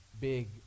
big